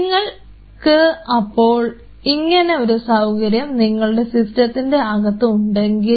നിങ്ങൾക്ക് അപ്പോൾ ഇങ്ങനെ ഒരു സൌകര്യം നിങ്ങളുടെ സിസ്റ്റത്തിൻറെ അകത്ത് ഉണ്ടെങ്കിൽ